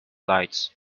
lights